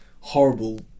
horrible